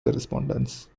correspondence